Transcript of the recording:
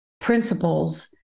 principles